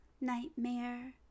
nightmare